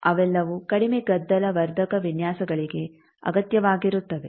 ಅವೆಲ್ಲವೂ ಕಡಿಮೆ ಗದ್ದಲ ವರ್ಧಕ ವಿನ್ಯಾಸಗಳಿಗೆ ಅಗತ್ಯವಾಗಿರುತ್ತವೆ